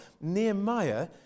Nehemiah